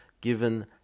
given